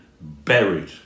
buried